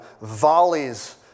volleys